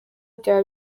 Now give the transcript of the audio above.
byaba